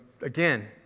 again